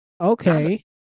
Okay